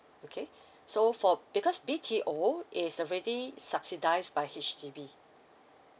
okay so for because B_T_O is already subsidised by H_D_B